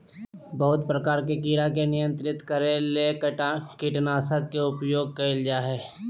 बहुत प्रकार के कीड़ा के नियंत्रित करे ले कीटनाशक के उपयोग कयल जा हइ